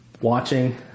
watching